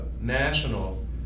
national